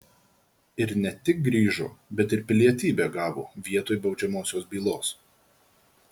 ir ne tik grįžo bet ir pilietybę gavo vietoj baudžiamosios bylos